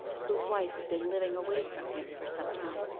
whose wife had been living away from him for some time,